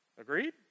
Agreed